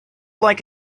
like